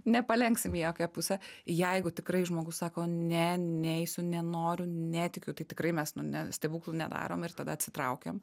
nepalenksim į jokią pusę jeigu tikrai žmogus sako ne neisiu nenoriu netikiu tai tikrai mes nu ne stebuklų nedarom ir tada atsitraukiam